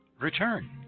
return